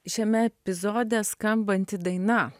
šiame epizode skambanti daina